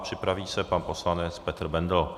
Připraví se pan poslanec Petr Bendl.